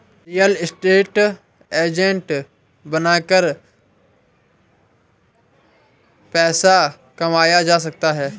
real estate agent बनकर पैसा कमाया जा सकता है